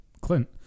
Clint